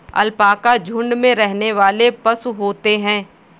alpaca झुण्ड में रहने वाले पशु होते है